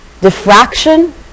Diffraction